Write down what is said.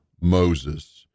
Moses